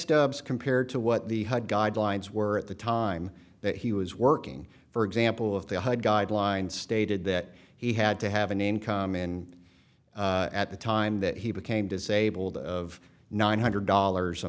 stubs compared to what the guidelines were at the time that he was working for example if they hide guidelines stated that he had to have an income in at the time that he became disabled of nine hundred dollars a